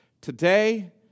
today